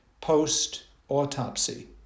post-autopsy